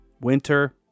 winter